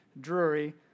Drury